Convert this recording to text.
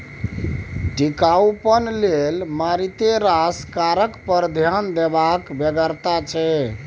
टिकाउपन लेल मारिते रास कारक पर ध्यान देबाक बेगरता छै